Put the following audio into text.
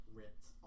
ripped